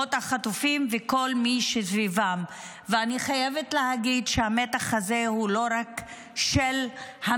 וכמובן יעלה איזשהו שר ויבטיח שהוא ימגר את תופעת